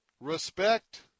respect